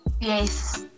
Yes